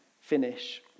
finish